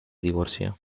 divorció